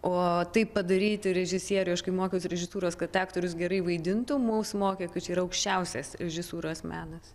o tai padaryti režisieriui aš kai mokiausi režisūros kad aktorius gerai vaidintų mus mokė kad čia yra aukščiausias režisūros menas